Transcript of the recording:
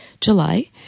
July